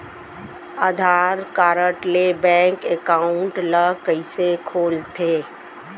आधार card ले bank account ल कइसे खोलथे?